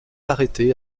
arrêté